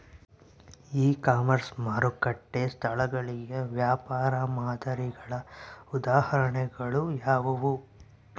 E commerce ಮಾರುಕಟ್ಟೆ ಸ್ಥಳಗಳಿಗೆ ವ್ಯಾಪಾರ ಮಾದರಿಗಳ ಉದಾಹರಣೆಗಳು ಯಾವುವು?